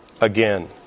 again